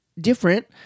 different